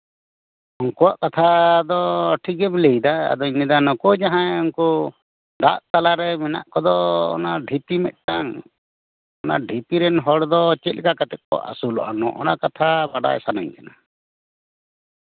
ᱩᱱᱠᱩᱣᱟᱜ ᱠᱟᱛᱷᱟ ᱫᱚ ᱴᱷᱤᱠ ᱜᱮᱢ ᱞᱟᱹᱭᱫᱟ ᱟᱫᱚᱭ ᱢᱮᱱᱫᱟ ᱱᱩᱠᱩ ᱡᱟᱦᱟᱸᱭ ᱡᱟᱦᱟᱸᱭ ᱩᱱᱠᱩ ᱫᱟᱜ ᱛᱟᱞᱟᱨᱮ ᱢᱮᱱᱟᱜ ᱠᱚᱫᱚ ᱚᱱᱟ ᱰᱷᱤᱯᱤ ᱢᱤᱫᱴᱟᱝ ᱚᱱᱟ ᱰᱷᱤᱯᱤ ᱨᱮᱱ ᱦᱚᱲ ᱫᱚ ᱪᱮᱫ ᱞᱮᱠᱟ ᱠᱟᱛᱮᱜ ᱠᱚ ᱟᱹᱥᱩᱞᱚᱜᱼᱟ ᱚᱱᱟ ᱠᱟᱛᱷᱟ ᱵᱟᱰᱟᱭ ᱥᱟᱱᱟᱧ ᱠᱟᱱᱟ